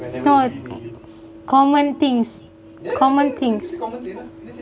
no common things common things